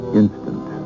instant